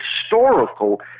historical